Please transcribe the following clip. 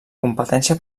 competència